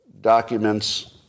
documents